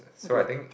so I think